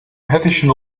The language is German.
hessischen